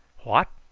what!